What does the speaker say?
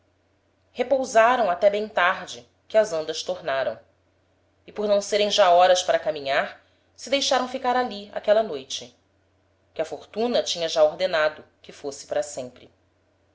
abastança repousaram até bem tarde que as andas tornaram e por não serem já horas para caminhar se deixaram ficar ali aquela noite que a fortuna tinha já ordenado que fosse para